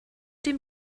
dem